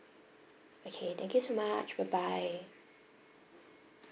okay thank you so much bye bye